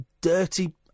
dirty